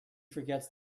forgets